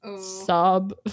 sob